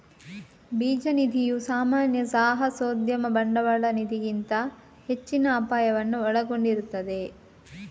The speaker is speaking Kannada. ಬೀಜ ನಿಧಿಯು ಸಾಮಾನ್ಯ ಸಾಹಸೋದ್ಯಮ ಬಂಡವಾಳ ನಿಧಿಗಿಂತ ಹೆಚ್ಚಿನ ಅಪಾಯವನ್ನು ಒಳಗೊಂಡಿರುತ್ತದೆ